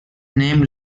name